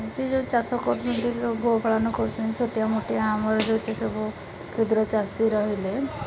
ସେ ଯେଉଁ ଚାଷ କରୁଛନ୍ତି ଗୋପାଳନ କରୁଛନ୍ତି ଛୋଟିଆ ମୋଟିଆ ଆମର ଯେତେ ସବୁ କ୍ଷୁଦ୍ର ଚାଷୀ ରହିଲେ